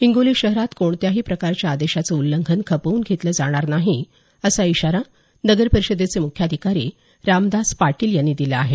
हिंगोली शहरात कोणत्याही प्रकारच्या आदेशाचं उल्लंघन खपवून घेतले जाणार नाही असा इशारा नगरपरिषदेचे मुख्याधिकारी रामदास पाटील यांनी दिला आहे